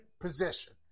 Position